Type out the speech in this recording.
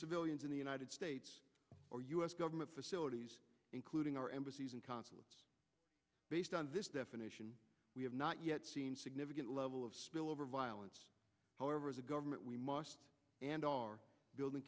civilians in the united states or u s government facilities including our embassies and consulates based on this definition we have not yet seen significant level of spillover violence however as a government we must and are building